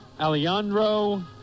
Alejandro